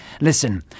listen